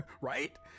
right